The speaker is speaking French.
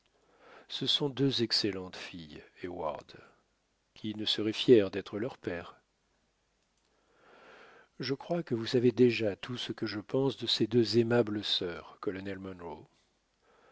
ce sont deux excellentes filles heyward qui ne serait fier d'être leur père je crois que vous savez déjà tout ce que je pense de ces deux aimables sœurs